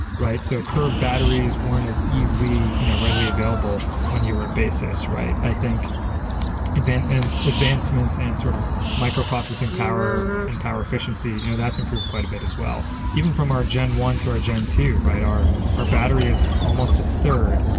right? so curve batteries weren't as easily you know readily available when you were at basis, right? i think advancements in and sort of micro processing power and power efficiency, you know that's improved quite a bit as well. even from our gen one to our gen two, our our battery is almost a third,